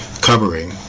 covering